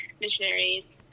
missionaries